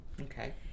Okay